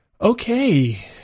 Okay